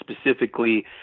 specifically